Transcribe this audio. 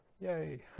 yay